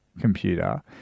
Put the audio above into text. computer